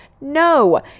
No